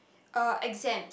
uh exams